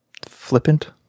flippant